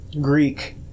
Greek